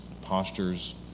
postures